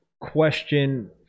Question